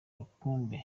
rukumbi